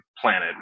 planet